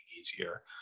easier